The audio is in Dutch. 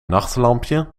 nachtlampje